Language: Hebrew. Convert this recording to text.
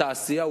בתעשייה,